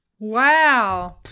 wow